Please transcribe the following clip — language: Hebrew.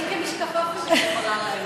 אני כמשקפופרית,